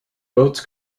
boats